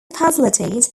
facilities